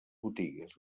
botigues